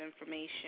information